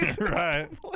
Right